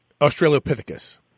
Australopithecus